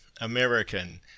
American